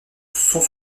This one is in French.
sont